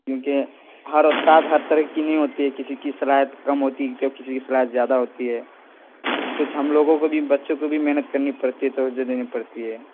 کیونکہ ہر استاد ہر طرح کی نہیں ہوتی ہے کسی کی صلاحیت کم ہوتی ہے کسی کی صلاحیت زیادہ ہوتی ہے کچھ ہم لوگوں کو بھی بچے کو بھی محنت کرنی پڑتی ہے توجہ دینی پڑتی ہے